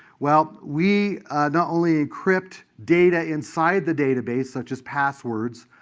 well, we not only encrypt data inside the database, such as passwords,